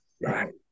right